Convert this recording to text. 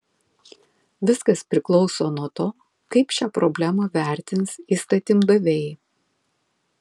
viskas priklauso nuo to kaip šią problemą vertins įstatymdaviai